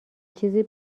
چیزی